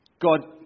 God